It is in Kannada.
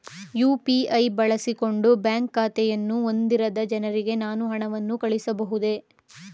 ಯು.ಪಿ.ಐ ಬಳಸಿಕೊಂಡು ಬ್ಯಾಂಕ್ ಖಾತೆಯನ್ನು ಹೊಂದಿರದ ಜನರಿಗೆ ನಾನು ಹಣವನ್ನು ಕಳುಹಿಸಬಹುದೇ?